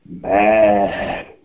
mad